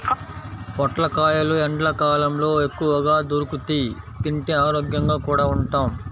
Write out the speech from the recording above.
పొట్లకాయలు ఎండ్లకాలంలో ఎక్కువగా దొరుకుతియ్, తింటే ఆరోగ్యంగా కూడా ఉంటాం